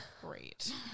Great